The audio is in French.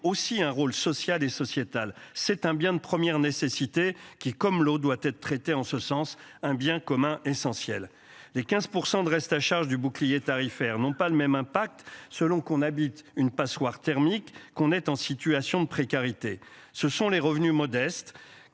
aussi un rôle social et sociétal. C'est un bien de première nécessité qui comme l'eau doit être traitée en ce sens un bien commun essentiel des 15% de reste à charge du bouclier tarifaire n'ont pas le même impact, selon qu'on habite une passoire thermique qu'on est en situation de précarité. Ce sont les revenus modestes